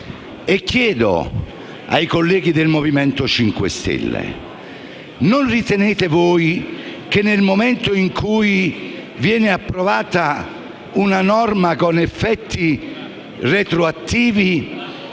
chiedo ai colleghi del Movimento 5 Stelle: non ritenete voi, nel momento in cui viene approvata una norma con effetti retroattivi,